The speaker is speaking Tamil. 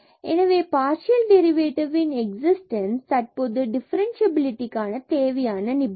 எனவே பார்சியல் டெரிவேட்டிவ் ன் எக்ஸிஸ்டன்ஸ் என்பது தற்பொழுது டிஃபரன்ஸ்சியபிலிடிக்கான தேவையான நிபந்தனை